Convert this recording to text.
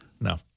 No